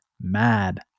mad